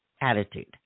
attitude